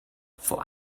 for